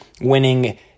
winning